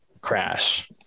crash